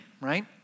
right